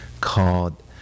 called